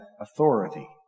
authority